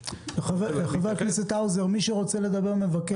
חבר הכנסת האוזר, מי שרוצה לדבר, מבקש.